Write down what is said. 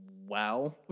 wow